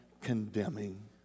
condemning